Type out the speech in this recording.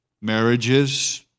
marriages